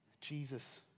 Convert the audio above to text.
Jesus